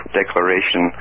declaration